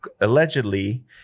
allegedly